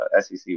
SEC